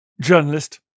journalist